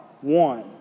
one